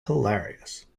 hilarious